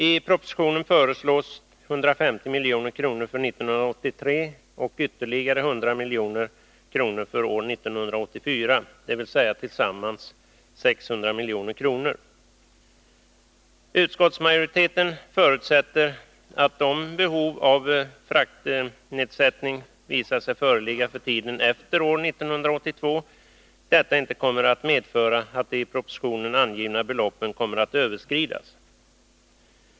I propositionen föreslås 150 milj.kr. för 1983 och ytterligare 100 milj.kr. för 1984, dvs. sammanlagt 600 milj.kr. Utskottsmajoriteten förutsätter, att om behov av fraktnedsättning visar sig föreligga för tiden efter år 1982, detta inte kommer att medföra att de i propositionen angivna beloppen kommer att överskridas.